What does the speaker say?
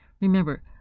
Remember